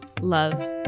love